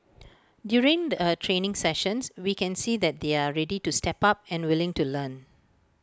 during the training sessions we can see that they're ready to step up and willing to learn